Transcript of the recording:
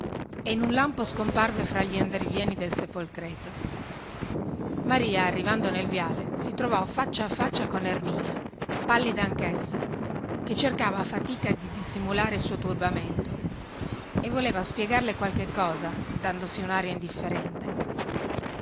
e in un lampo scomparve fra gli andirivieni del sepolcreto maria arrivando nel viale si trovò faccia a faccia con erminia pallida anchessa che cercava a fatica di dissimulare il suo turbamento e voleva spiegarle qualche cosa dandosi unaria indifferente